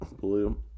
Blue